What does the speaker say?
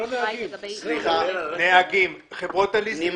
אתם